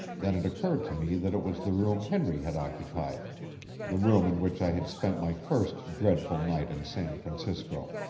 then it occurred to me that it was the room henry had occupied the room in which i had spent my first dreadful night in san francisco,